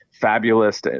fabulous